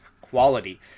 quality